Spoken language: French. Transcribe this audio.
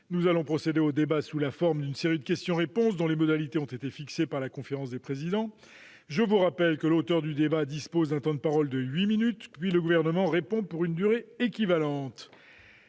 Nous allons procéder au débat sous la forme d'une série de questions-réponses dont les modalités ont été fixées par la conférence des présidents. Je rappelle que l'auteur de la demande dispose d'un temps de parole de huit minutes, puis le Gouvernement répond pour une durée équivalente.